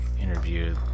interview